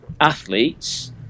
athletes